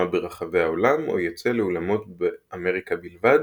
ברחבי העולם או יצא לאולמות באמריקה בלבד